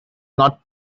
not